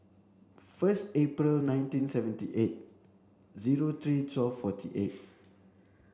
first April nineteen seventy eight zero three twelve forty eight